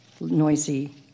noisy